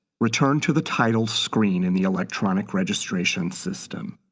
return to the title screen in the electronic registration system